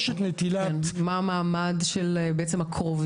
זה לא דבר של מה בכך שאנחנו מפרידים את זה משאר